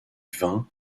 vin